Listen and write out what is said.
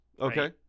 Okay